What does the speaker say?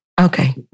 Okay